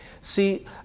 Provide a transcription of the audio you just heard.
See